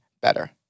better